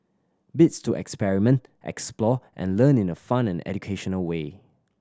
bits to experiment explore and learn in a fun and educational way